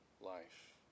life